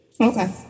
Okay